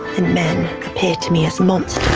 and men appear to me as monsters.